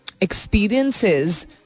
experiences